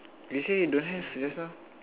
you say you don't have just now